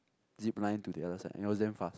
zip line to the other side it was damn fast